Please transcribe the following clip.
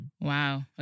Wow